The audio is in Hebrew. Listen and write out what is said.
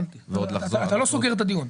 הבנתי, אתה עוד לא סוגר את הדיון.